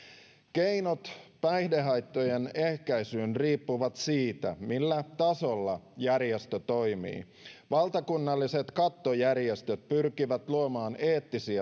keinot päihdehaittojen ehkäisyyn riippuvat siitä millä tasolla järjestö toimii valtakunnalliset kattojärjestöt pyrkivät luomaan eettisiä